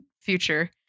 future